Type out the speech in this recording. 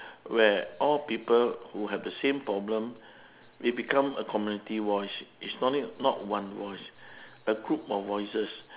where all people who have the same problem they become a community voice is not not one voice a group of voices